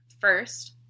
First